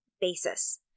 basis